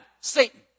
Satan